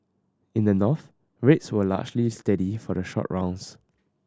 in the North rates were largely steady for the short rounds